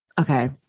Okay